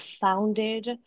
founded